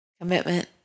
commitment